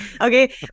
Okay